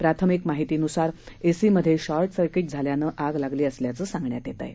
प्राथमिक माहितीनुसार एसी मध्ये शॉर्टसर्किट झाल्यानं आग लागली असल्याचं सांगण्यात येत आहे